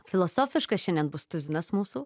filosofiškas šiandien bus tuzinas mūsų